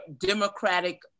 democratic